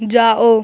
जाओ